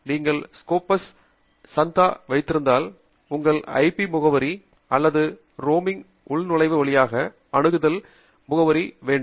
எனவே நீங்கள் ஸ்கோபஸ் ஸிற்கான சந்தா வைத்திருந்தால் உங்கள் ஐபி முகவரி அல்லது ஒரு ரோமிங் உள்நுழைவு வழியாக அணுகல் மற்றும் அணுகல் ஐபி முகவரி மூலமாக அதை அணுக வேண்டும்